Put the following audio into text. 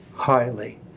highly